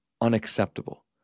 unacceptable